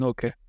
Okay